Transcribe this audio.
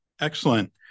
Excellent